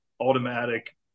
automatic